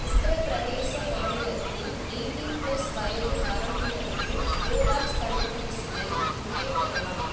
உத்தரப்பிரதேச மாநிலத்தில் eighteen plus வயது வரம்பினருக்கு கோவேக்ஸ் தடுப்பூசியை எங்கே பெறலாம்